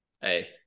Hey